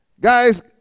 Guys